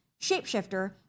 Shapeshifter